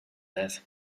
that